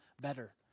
better